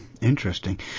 interesting